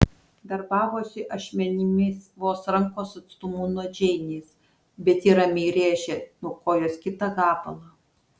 darbavosi ašmenimis vos rankos atstumu nuo džeinės bet ji ramiai rėžė nuo kojos kitą gabalą